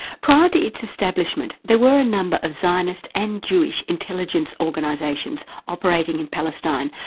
prior to its establishment there were a number of zionist and jewish intelligence organisations operating in palestine,